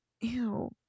Ew